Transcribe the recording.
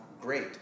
great